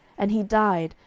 and he died,